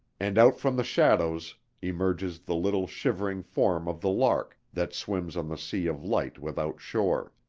and out from the shadows emerges the little shivering form of the lark that swims on the sea of light without shore.